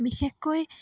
বিশেষকৈ